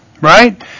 Right